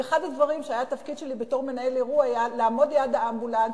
ואחד הדברים שהיה התפקיד שלי בתור מנהל אירוע היה לעמוד ליד האמבולנס